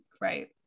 right